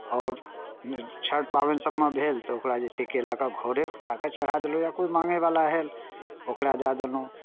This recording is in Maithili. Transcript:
आओर छठि पाबनि सभमे भेल तऽ ओकरा जे छै केराके घौरे उठा कऽ चढ़ा देलहुँ या कोइ माङ्गयवला आयल ओकरा दए देलहुँ